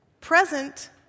present